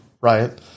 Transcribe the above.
right